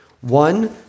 One